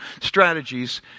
strategies